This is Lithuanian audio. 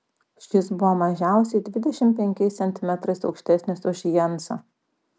šis buvo mažiausiai dvidešimt penkiais centimetrais aukštesnis už jensą